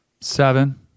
seven